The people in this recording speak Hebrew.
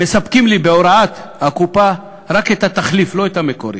מספקים לי בהוראת הקופה רק את התחליף ולא את המקורי,